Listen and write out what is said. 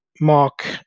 Mark